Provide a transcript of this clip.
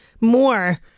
more